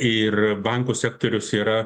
ir bankų sektorius yra